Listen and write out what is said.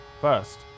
First